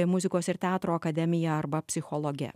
muzikos ir teatro akademija arba psichologe